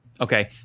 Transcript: Okay